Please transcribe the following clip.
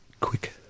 quick